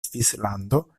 svislando